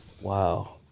Wow